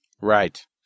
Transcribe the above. Right